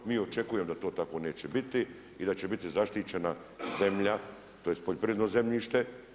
Mi očekujemo da to tako neće biti i da će biti zaštićena zemlja, tj. poljoprivredno zemljište.